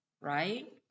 right